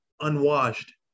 unwashed